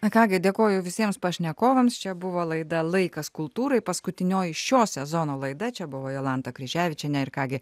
na ką gi dėkoju visiems pašnekovams čia buvo laida laikas kultūrai paskutinioji šio sezono laida čia buvo jolanta kryževičienė ir ką gi